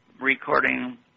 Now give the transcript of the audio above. recording